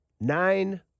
Nine